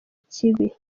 kibi